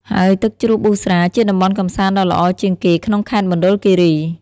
ហើយទឹកជ្រោះប៊ូស្រាជាតំបន់កំសាន្តដ៏ល្អជាងគេក្នុងខេត្តមណ្ឌលគិរី។